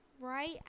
right